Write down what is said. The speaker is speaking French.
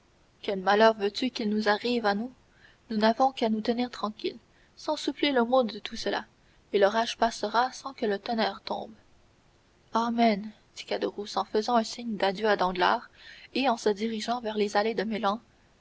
quel malheur veux-tu qu'il nous arrive à nous nous n'avons qu'à nous tenir tranquilles sans souffler le mot de tout cela et l'orage passera sans que le tonnerre tombe amen dit caderousse en faisant un signe d'adieu à danglars et en se dirigeant vers les allées de